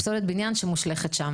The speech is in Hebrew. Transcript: פסולת בניין שמושלכת שם.